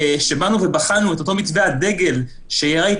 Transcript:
כשאנחנו באנו ובחנו את אותו מתווה הדגל שיאירה